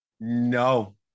No